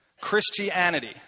Christianity